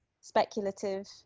speculative